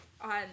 on